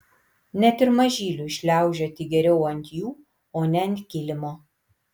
net ir mažyliui šliaužioti geriau ant jų o ne ant kilimo